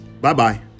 Bye-bye